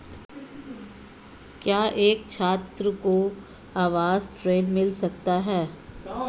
क्या एक छात्र को आवास ऋण मिल सकता है?